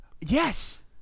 Yes